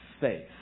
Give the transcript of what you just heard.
faith